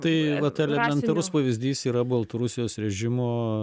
tai vat elementarus pavyzdys yra baltarusijos režimo